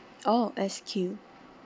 oh SQ